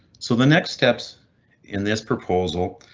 so the next steps in this proposal